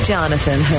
Jonathan